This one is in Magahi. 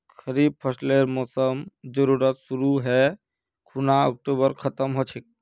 खरीफ फसलेर मोसम जुनत शुरु है खूना अक्टूबरत खत्म ह छेक